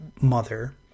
mother